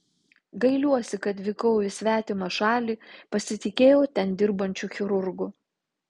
gailiuosi kad vykau į svetimą šalį pasitikėjau ten dirbančiu chirurgu